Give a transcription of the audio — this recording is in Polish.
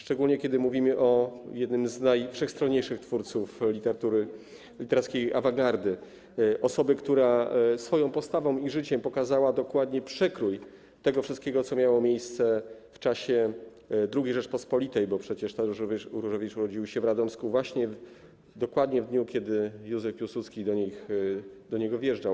Szczególnie kiedy mówimy o jednym z najwszechstronniejszych twórców literatury literackiej awangardy, osobie, która swoją postawą i życiem pokazała dokładnie przekrój tego wszystkiego, co miało miejsce w czasie II Rzeczypospolitej, bo przecież Tadeusz Różewicz urodził się w Radomsku dokładnie w dniu, kiedy Józef Piłsudski do niego wjeżdżał.